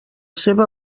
seva